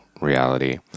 reality